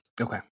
Okay